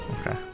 Okay